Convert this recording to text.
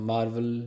Marvel